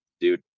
dude